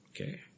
Okay